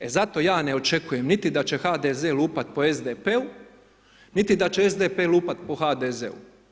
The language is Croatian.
E zato ja ne očekujem niti da će HDZ lupati po SDP-u, niti da će SDP lupati po HDZ-u.